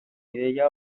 ideia